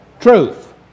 truth